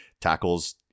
tackles